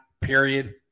period